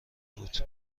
بود